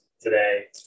today